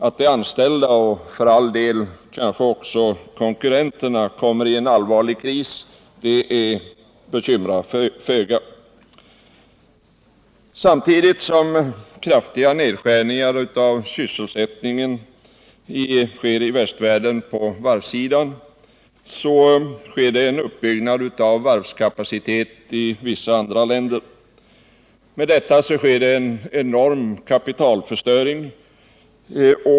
Att de anställda, och för all del kanske också konkurrenterna, kommer i allvarlig kris bekymrar föga. Samtidigt som kraftiga nedskärningar av sysselsättningen sker i västvärlden på varvssidan, sker det en uppbyggnad av varvskapacitet i vissa andra länder. En följd av detta blir en enorm kapitalförstöring.